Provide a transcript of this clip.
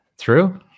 true